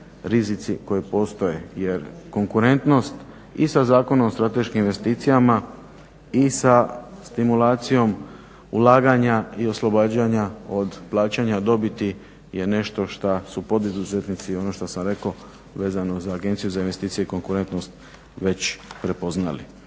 rizici koji postoje. Jer konkurentnost i sa Zakonom o strateškim investicijama i sa stimulacijom ulaganja i oslobađanja od plaćanja dobiti je nešto šta su poduzetnici i ono šta sam reko vezano za Agenciju za investicije i konkurentnost već prepoznali.